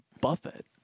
Buffett